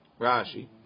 Rashi